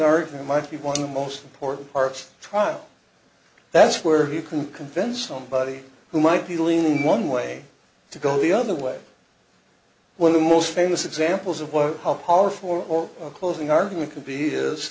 argument might be one of the most important parts trial that's where he can convince somebody who might be leaning one way to go the other way when the most famous examples of what how powerful or a closing argument can be i